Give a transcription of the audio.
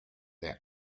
their